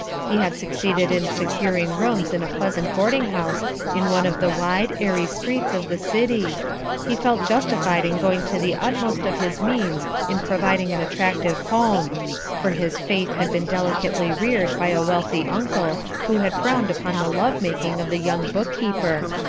he had succeeded in securing rooms in a pleasant boarding-house in one of the wide, airy streets of the city he felt justified in going to the utmost of his means in providing an attractive home for his faith had been delicately reared by a wealthy uncle who had frowned upon the love-making of the young bookkeeper,